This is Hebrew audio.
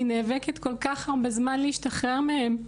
נאבקת כל כך הרבה זמן להשתחרר מהם.